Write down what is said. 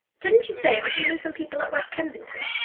didn't you say that you knew some people at west kensington